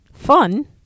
fun